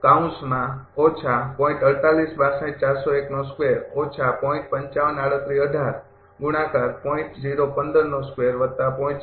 પછી